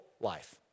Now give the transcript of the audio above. life